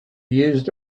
used